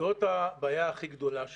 זאת הבעיה הכי גדולה שלנו.